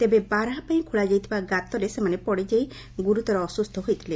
ତେବେ ବାର୍ହା ପାଇଁ ଖୋଳାଯାଇଥିବା ଗାତରେ ସେମାନେ ପଡ଼ିଯାଇ ଗୁରୁତର ଅସୁସ୍ଚ ହୋଇଥିଲେ